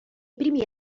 primi